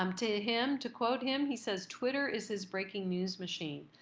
um to him, to quote him, he says twitter is his breaking news machine.